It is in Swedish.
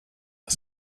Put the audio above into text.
jag